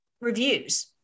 reviews